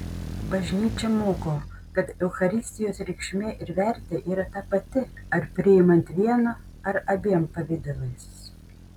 bažnyčia moko kad eucharistijos reikšmė ir vertė ta pati ar priimant vienu ar abiem pavidalais